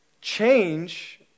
change